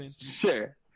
Sure